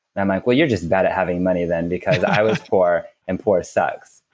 i'm like well you're just bad at having money then because i was poor, and poor sucks.